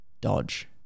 Dodge